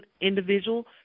individual